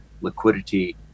liquidity